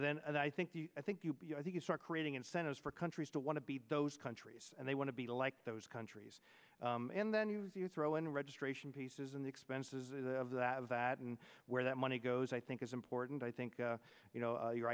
n i think i think you i think you start creating incentives for countries to want to be those countries and they want to be like those countries in the you throw in registration pieces and the expenses of that of that and where that money goes i think is important i think you know you